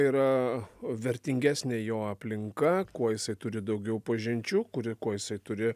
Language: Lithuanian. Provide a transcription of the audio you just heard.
yra vertingesnė jo aplinka kuo jisai turi daugiau pažinčių kuri ko jisai turi